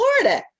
Florida